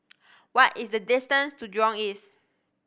what is the distance to Jurong East